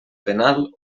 penal